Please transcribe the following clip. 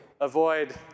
avoid